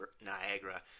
Niagara